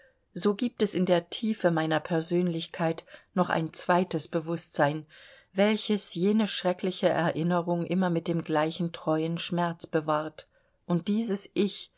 so gibt es in der tiefe meiner persönlichkeit noch ein zweites bewußtsein welches jene schreckliche erinnerung immer mit dem gleichen treuen schmerz bewahrt und dieses ich